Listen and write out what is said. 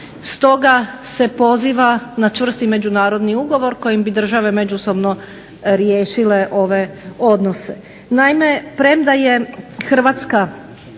Stoga se poziva na čvrsti međunarodni ugovor kojim bi države međusobno riješile ove odnose.